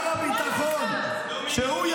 שהוא,